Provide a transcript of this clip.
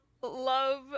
love